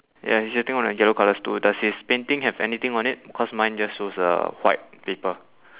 ya he's sitting on a yellow colour stool does his painting have anything on it cause mine just shows a white paper